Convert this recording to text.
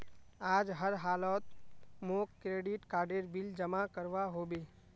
आज हर हालौत मौक क्रेडिट कार्डेर बिल जमा करवा होबे